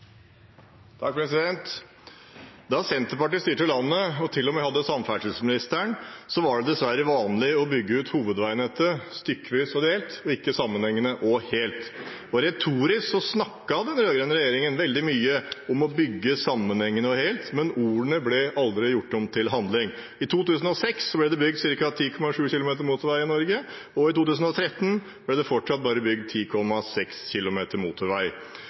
styrte landet og til og med hadde samferdselsministeren, var det dessverre vanlig å bygge ut hovedveinettet stykkevis og delt, og ikke sammenhengende og helt. Retorisk sett snakket den rød-grønne regjeringen veldig mye om å bygge sammenhengende og helt, men ordene ble aldri gjort om til handling. I 2006 ble det bygget ca. 10,7 km motorvei i Norge, og i 2013 ble det fortsatt bare bygget 10,6 km motorvei.